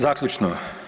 Zaključno.